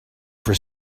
for